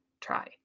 Try